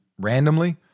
randomly